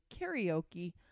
karaoke